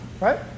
right